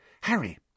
Harry